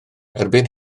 erbyn